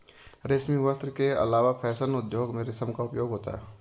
रेशमी वस्त्र के अलावा फैशन उद्योग में रेशम का उपयोग होता है